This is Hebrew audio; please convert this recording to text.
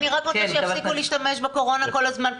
אני רק רוצה שיפסיקו להשתמש בקורונה כל הזמן כתירוץ,